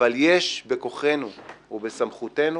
אבל יש בכוחנו ובסמכותנו